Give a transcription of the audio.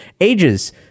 ages